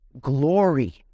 glory